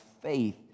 faith